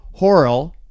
Horrell